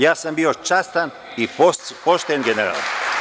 Ja sam bio častan i pošten general.